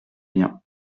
bien